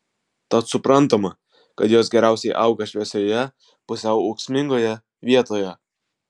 tad suprantama kad jos geriausiai auga šviesioje pusiau ūksmingoje vietoje